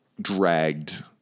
dragged